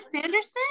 sanderson